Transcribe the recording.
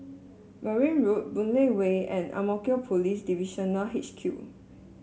Merryn Road Boon Lay Way and Ang Mo Kio Police Divisional H Q